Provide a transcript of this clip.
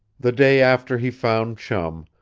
the day after he found chum,